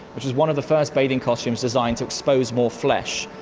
which is one of the first bathing costumes designed to expose more flesh.